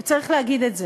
צריך להגיד את זה: